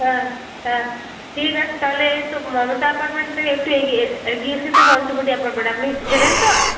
হ্যাঁ হ্যাঁ ঠিক আছে তাহলে এই তো মমতা অ্যাপার্টমেন্টের একটু এগিয়ে এগিয়ে এসে তো পঞ্চবটি অ্যাপার্টমেন্ট আপনি চেনেন তো